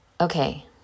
Okay